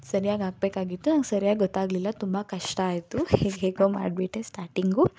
ಸರಿಯಾಗಿ ಹಾಕ್ಬೇಕಾಗಿತ್ತು ನಂಗೆ ಸರಿಯಾಗಿ ಗೊತ್ತಾಗಲಿಲ್ಲ ತುಂಬ ಕಷ್ಟ ಆಯಿತು ಹೇಗೋ ಮಾಡ್ಬಿಟ್ಟೆ ಸ್ಟಾಟಿಂಗು